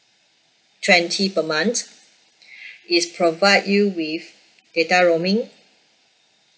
twenty per month it's provide you with data roaming